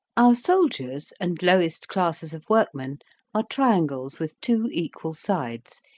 our soldiers and lowest classes of workmen are triangles with two equal sides,